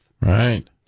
Right